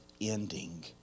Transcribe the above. ending